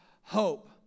hope